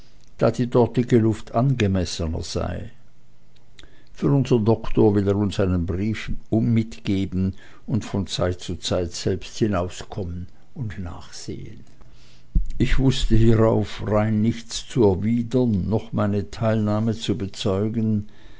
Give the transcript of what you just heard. da die dortige luft angemessener sei für unsern doktor will er uns einen brief mitgeben und von zeit zu zeit selbst hinauskommen und nachsehen ich wußte hierauf rein nichts zu erwidern noch meine teilnahme zu bezeugen